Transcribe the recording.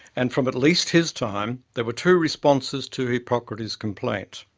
and from at least his time, there were two responses to hippocrates' complaint